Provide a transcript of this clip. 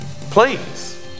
please